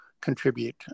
contribute